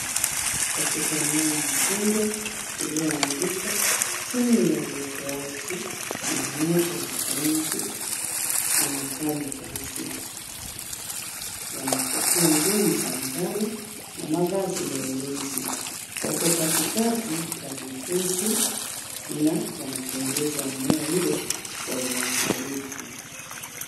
Katika eneo la jengo lililoanguka, timu ya uokoaji na moto ya kaunti inafanya kazi. Wana kofia ngumu za njano na mavazi ya ulinzi. Wako katikati ya vifusi na wanachunguza eneo hilo kwa uangalifu.